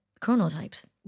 Chronotypes